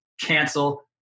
cancel